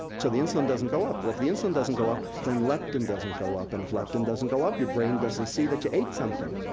so the insulin doesn't go up. well, if the insulin doesn't go up, then leptin doesn't go up, and if leptin doesn't go up, you're brain doesn't see that you ate something.